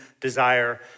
desire